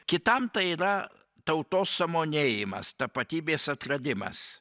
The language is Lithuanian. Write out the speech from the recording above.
kitam tai yra tautos sąmonėjimas tapatybės atradimas